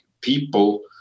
people